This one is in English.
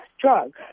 drug